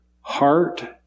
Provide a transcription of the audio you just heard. heart